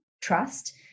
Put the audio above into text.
trust